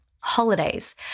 holidays